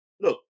Look